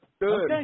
Good